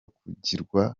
kugirwa